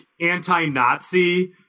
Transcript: anti-Nazi